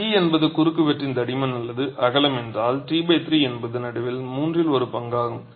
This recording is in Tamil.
t என்பது குறுக்குவெட்டின் தடிமன் அல்லது அகலம் என்றால் t3 என்பது நடுவில் மூன்றில் ஒரு பங்காகும்